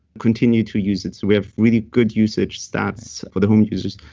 continue to use it. so we have really good usage stats for the home users.